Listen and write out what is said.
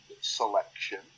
selection